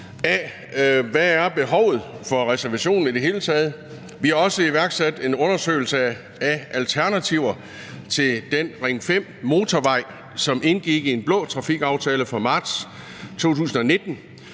hvad behovet for reservationen i det hele taget er. Vi har jo også iværksat en undersøgelse af alternativer til den Ring 5-motorvej, som indgik i en blå trafikaftale fra marts 2019.